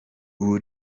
ubu